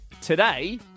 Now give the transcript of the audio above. today